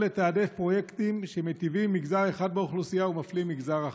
לתעדף פרויקטים שמיטיבים עם מגזר אחד באוכלוסייה ומפלים מגזר אחר.